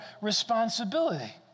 responsibility